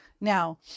Now